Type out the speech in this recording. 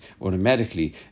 automatically